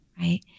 Right